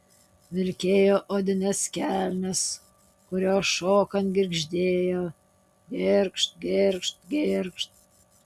vilkėjo odines kelnes kurios šokant girgždėjo girgžt girgžt girgžt